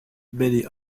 many